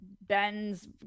Ben's